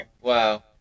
wow